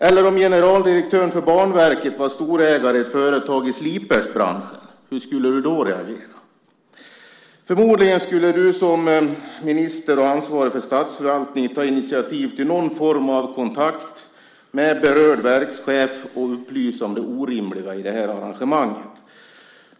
Eller om generaldirektören för Banverket var storägare i ett företag i sliperbranschen, hur skulle du då reagera? Förmodligen skulle du som minister och ansvarig för statsförvaltningen ta initiativ till någon form av kontakt med berörd verkschef och upplysa om det orimliga i arrangemanget.